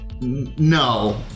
No